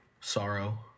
sorrow